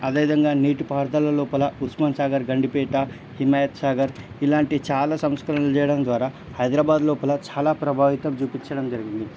అదే విధంగా నీటిపారుదల లోపల ఉస్మాన్ సాగర్ గండిపేట హిమాయత్ సాగర్ ఇలాంటి చాలా సంస్కరణలు చేయడం ద్వారా హైదరాబాద్ లోపల చాలా ప్రభావితం చూపించడం జరిగింది